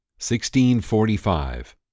1645